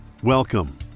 Welcome